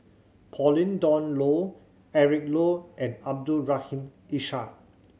Pauline Dawn Loh Eric Low and Abdul Rahim Ishak